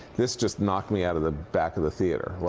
this just knocked me out of the back of the theater.